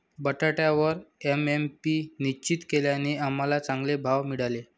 बटाट्यावर एम.एस.पी निश्चित केल्याने आम्हाला चांगले भाव मिळाले